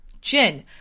Jin